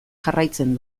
jarraitzen